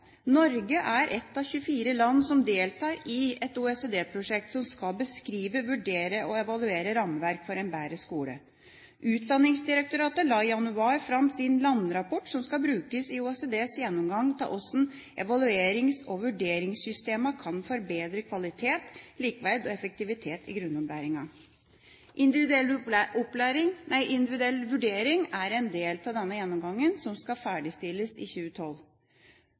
Norge er et av 24 land som deltar i et OECD-prosjekt som skal beskrive, vurdere og evaluere rammeverk for en bedre skole. Utdanningsdirektoratet la i januar fram sin landrapport som skal brukes i OECDs gjennomgang av hvordan evaluerings- og vurderingssystemene kan forbedre kvalitet, likeverd og effektivitet i grunnopplæringen. Individuell vurdering er en del av denne gjennomgangen, som skal ferdigstilles i 2012.